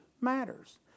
matters